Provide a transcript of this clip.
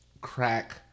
crack